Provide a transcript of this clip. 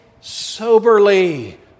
soberly